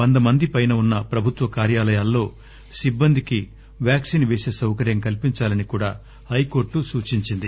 వంద మంది పైన వున్న ప్రభుత్వ కార్యాలయాల్లో సిబ్బందికి వ్యాక్సిన్ వేసే సౌకర్యం కల్సించాలని కూడా హైకోర్లు సూచించింది